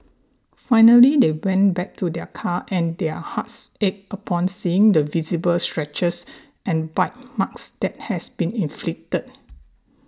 finally they went back to their car and their hearts ached upon seeing the visible scratches and bite marks that has been inflicted